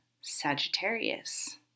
Sagittarius